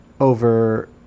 over